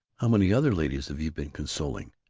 how many other ladies have you been consoling?